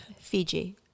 Fiji